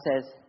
says